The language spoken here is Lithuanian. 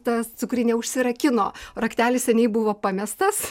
ta cukrinė užsirakino raktelis seniai buvo pamestas